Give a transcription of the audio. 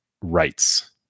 rights